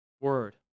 word